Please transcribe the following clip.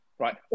Right